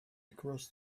across